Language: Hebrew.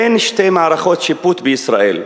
אין שתי מערכות שיפוט בישראל,